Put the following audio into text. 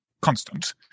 constant